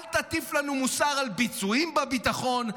אל תטיף לנו מוסר על ביצועים בביטחון.